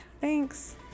Thanks